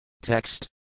Text